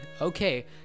Okay